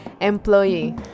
employee